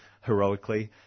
heroically